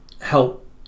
help